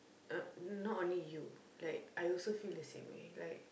not only you like I also feel the same way like